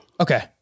Okay